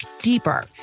deeper